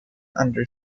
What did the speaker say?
under